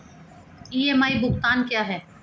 EMI भुगतान क्या है?